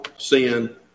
Sin